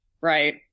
Right